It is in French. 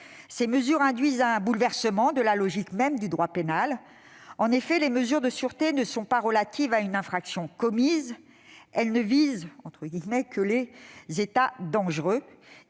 Ces mesures induisent un bouleversement de la logique même du droit pénal. En effet, les mesures de sûreté ne sont pas relatives à une infraction commise. Elles ne visent que les « états dangereux